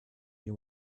you